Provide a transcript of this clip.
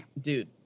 dude